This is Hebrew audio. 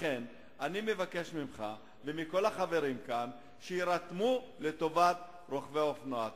לכן אני מבקש ממך ומכל החברים כאן שיירתמו לטובת רוכבי האופנוע.